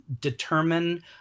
determine